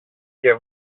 και